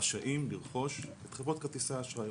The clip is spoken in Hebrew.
רשאים לרכוש את חברות כרטיסי האשראי.